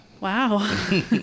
Wow